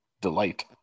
Delight